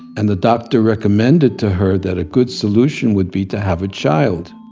and the doctor recommended to her that a good solution would be to have a child.